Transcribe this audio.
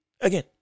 again